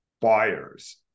buyers